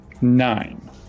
Nine